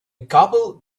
couple